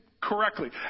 Correctly